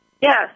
Yes